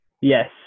yes